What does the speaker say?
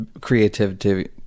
creativity